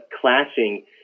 clashing